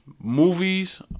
movies